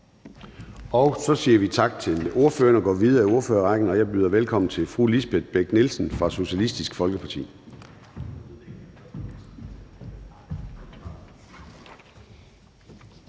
så vi siger tak til ordføreren og går videre i ordførerrækken, og jeg byder velkommen til hr. Sigurd Agersnap fra Socialistisk Folkeparti.